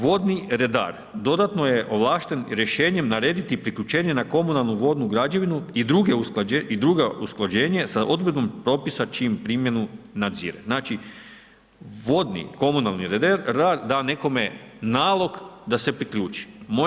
Vodni redar dodatno je ovlašten rješenjem narediti priključenje na komunalnu vodnu građevinu i drugo usklađenje sa … [[ne razumije se]] propisa čiju primjenu nadzire.“ Znači, vodni komunalni redar da nekome nalog da se priključi.